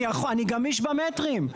אני גמיש במטרים,